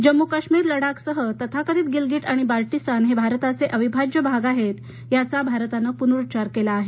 जम्मू कश्मीर लडाख सह तथाकथित गिलगिट आणि बाल्टीस्तान हे भारताचे अविभाज्य भाग आहेत याचा भारतानं पुनरुच्चार केला आहे